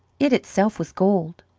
it itself was gold.